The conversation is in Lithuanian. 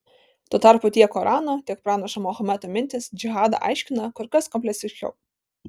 tuo tarpu tiek korano tiek pranašo mahometo mintys džihadą aiškina kur kas kompleksiškiau